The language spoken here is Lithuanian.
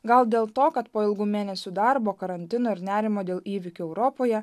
gal dėl to kad po ilgų mėnesių darbo karantino ir nerimo dėl įvykių europoje